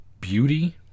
beauty